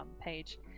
page